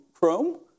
Chrome